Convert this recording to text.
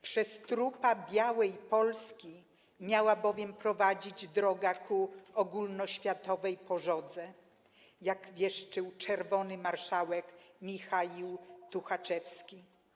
Przez trupa Białej Polski' miała bowiem prowadzić 'droga ku ogólnoświatowej pożodze', jak wieszczył czerwony marszałek Michaił Tuchaczewski.